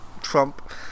Trump